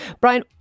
Brian